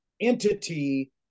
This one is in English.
entity